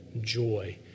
joy